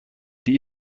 die